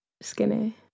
skinny